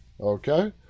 Okay